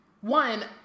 one